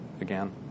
Again